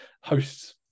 Hosts